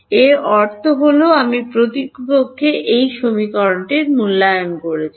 এর অর্থ হল যে আমি প্রকৃতপক্ষে Ex x x0 i 2Δx y0 Δy মূল্যায়ন করছি